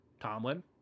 Tomlin